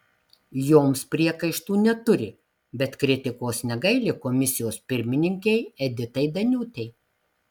joms priekaištų neturi bet kritikos negaili komisijos pirmininkei editai daniūtei